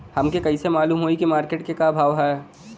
हमके कइसे मालूम होई की मार्केट के का भाव ह?